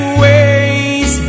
ways